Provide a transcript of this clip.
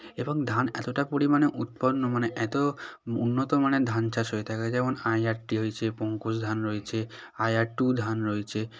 এবং ধান এতটা পরিমাণে উৎপন্ন মানে এত উন্নত মানের ধান চাষ হয়ে থাকে যেমন আইআরটি হয়েছে পঙ্কজ ধান রয়েছে আইআরটু ধান রয়েছে